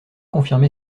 confirmé